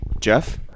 Jeff